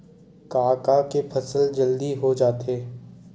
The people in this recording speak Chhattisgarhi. का का के फसल जल्दी हो जाथे?